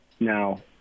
Now